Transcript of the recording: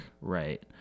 right